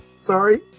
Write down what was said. Sorry